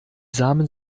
samen